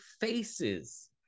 faces